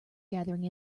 gathering